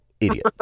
idiot